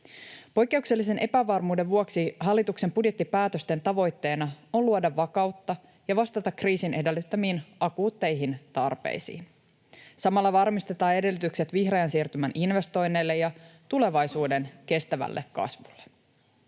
Poikkeuksellisen epävarmuuden vuoksi hallituksen budjettipäätösten tavoitteena on luoda vakautta ja vastata kriisin edellyttämiin akuutteihin tarpeisiin. Samalla varmistetaan edellytykset vihreän siirtymän investoinneille ja tulevaisuuden kestävälle kasvulle.